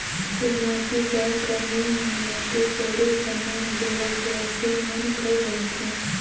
चुलमाटी जाए कर नेग मे माटी कोड़े कर नेग ढेढ़ा सुवासेन मन कर रहथे